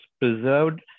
preserved